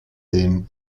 tym